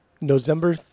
November